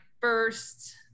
first